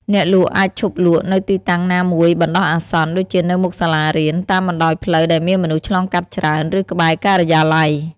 អ្នកលក់អាចឈប់លក់នៅទីតាំងណាមួយបណ្ដោះអាសន្ន ដូចជានៅមុខសាលារៀន តាមបណ្តោយផ្លូវដែលមានមនុស្សឆ្លងកាត់ច្រើន ឬក្បែរការិយាល័យ។